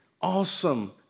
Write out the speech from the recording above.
awesome